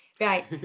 Right